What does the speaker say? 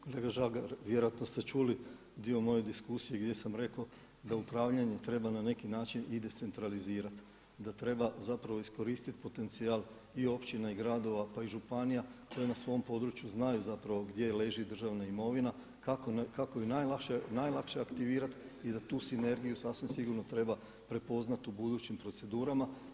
Kolega Žagar vjerojatno ste čuli dio moje diskusije gdje sam rekao da upravljanje treba na neki način i decentralizirati, da treba zapravo iskoristit potencijal i općina i gradova pa i županija koje na svom području znaju zapravo gdje leži državna imovina kako ju najlakše aktivirati i da tu sinergiju sasvim sigurno treba prepoznati u budućim procedurama.